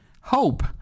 hope